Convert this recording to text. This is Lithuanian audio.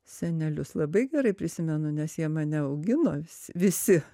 senelius labai gerai prisimenu nes jie mane augino visi